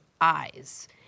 eyes